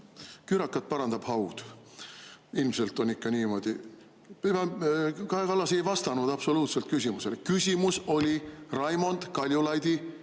küürakat parandab [ainult] haud, ilmselt on ikka niimoodi. Kaja Kallas ei vastanud absoluutselt küsimusele. Küsimus oli Raimond Kaljulaidi